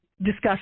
discuss